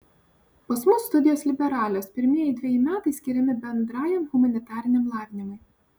pas mus studijos liberalios pirmieji dveji metai skiriami bendrajam humanitariniam lavinimui